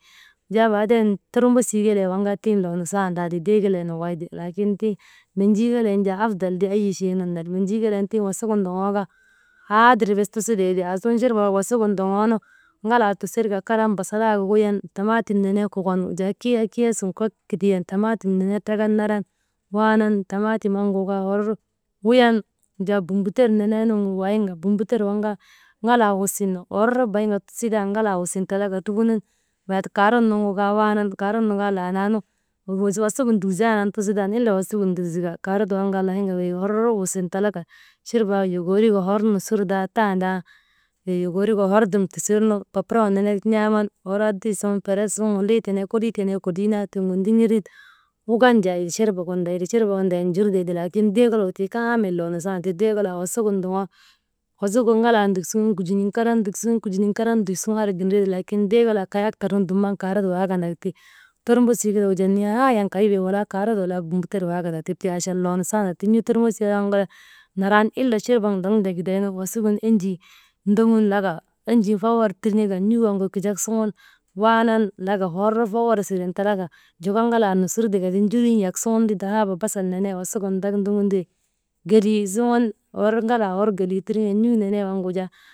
Wujaa baaden tormbosii kelee waŋ kaa tiŋ loo nusandaati dee kelee nokoy ti laakin, menjii kelee nu jaa afdal ti tiŋ eyi chey nun ner kaa, menjii kelen tiŋ wasigin ndoŋoonu kaa, haadir bes tusitee ti aasuŋun Churban wasigin ndoŋoonu ŋalaa tusir ka karan basalaayegu wuyan, tamaatim nenee kokon kiya, kiya sun, kok kidiyan tamaatim nenee trakan naran waanan, tamaatim waŋgu kaa hor wuyan, wujaa bumbuter nenee nungu wayin ka bumbuter waŋ kaa ŋalaa wusin, hor bayin ka tusitan, ŋalaa wusin talaka, trufunun karot nugu kaa, zaatu kaarot nugu kaa waanan karot nu kaa lanaanu wusi wasigu nduk yandaan tusitan, ille wasigu nduk zika karot nun kaa layinka wey hor wusin talaka, churbaa waŋ gu lokoorika hor nusir tandan, wey hor nusir taa, tandaa, «hesitation» lokoorika hor dum tusan papron nenek n̰aaman hor adil suŋun ferek suŋun kolii tenee kolii naa tiŋgu ndirin wukan jaa churbagin ndayan, jur te laakin dee kelegu loo kam dal nuŋundaa nak ti, lakin dee kelegu loo kamal kamil loo nusinda ti, dee kelek waagu wasigin ndoŋoonu, wasigu ŋalaa nduk suŋun kujinin karan muki karan nduk suŋun andri gindatek ti laakin deekelegu kay aktar nu dumnan karot waakandak ti, tormbosii kele gu jaa nihaaye kay bee wala karot, wala bumbuter waakandak ti, tii achan loo nunsandak ti, n̰uu tormbosii kelen naran ila churbak ŋon tee gidaynu wasigin enjii ndoŋun laka, enjii fawar turŋoka n̰uu waŋgu kijak suŋun waanan laka, hor fawar siren talaka joko ŋalaa nusir tiika ti njuru yak suŋu ti dahaaba basal nenee wasigin ndoŋun ti gelii suŋun hor ŋalaa, ŋalaa hor gelii turŋoka n̰uu nenee waŋ jaa wujaa.